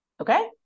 Okay